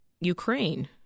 Ukraine